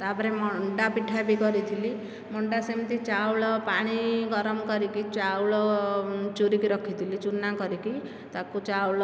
ତାପରେ ମଣ୍ଡାପିଠା ବି କରିଥିଲି ମଣ୍ଡା ସେମିତି ଚାଉଳ ପାଣି ଗରମ କରିକି ଚାଉଳ ଚୁରିକି ରଖିଥିଲି ଚୁନା କରିକି ତାକୁ ଚାଉଳ